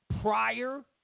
prior